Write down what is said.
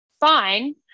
fine